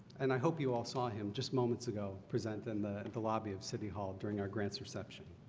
and i hope you all saw him just moments ago present in the the lobby of city hall during our grants reception